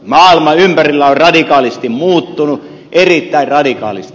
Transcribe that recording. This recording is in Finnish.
maailma ympärillä on radikaalisti muuttunut erittäin radikaalisti